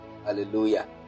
Hallelujah